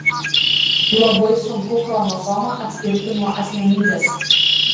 labai sunku chromosomą atskirti nuo asmenybės